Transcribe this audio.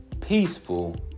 peaceful